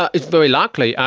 ah it's very likely.